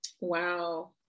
Wow